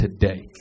today